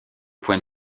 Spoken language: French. point